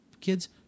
kids